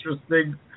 interesting